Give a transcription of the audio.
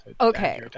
Okay